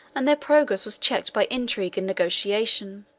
and their progress was checked by intrigue and negotiation.